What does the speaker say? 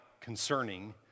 concerning